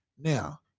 Now